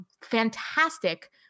fantastic